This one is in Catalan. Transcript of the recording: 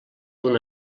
una